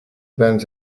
band